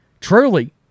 truly